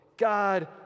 God